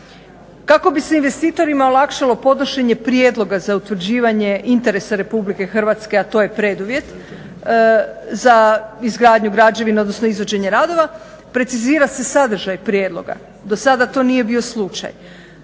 Kako bi se investitorima olakšalo podnošenje prijedloga za utvrđivanje interesa RH a to je preduvjet za izgradnju građevina, odnosno izvođenje radova precizira se sadržaj prijedloga. Dosada to nije bio slučaj.